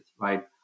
right